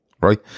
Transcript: right